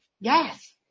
Yes